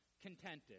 contented